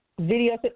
video